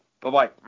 Bye-bye